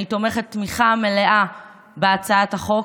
שאני תומכת תמיכה מלאה בהצעת החוק,